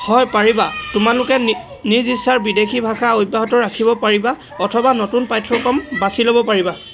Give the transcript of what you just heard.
হয় পাৰিবা তোমালোকে নিজ ইচ্ছাৰ বিদেশী ভাষা অব্যাহত ৰাখিব পাৰিবা অথবা নতুন পাঠ্যক্ৰম বাছি ল'ব পাৰিবা